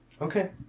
Okay